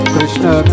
Krishna